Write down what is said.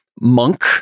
monk